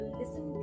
listen